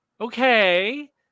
okay